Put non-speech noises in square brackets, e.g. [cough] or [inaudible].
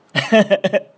[breath]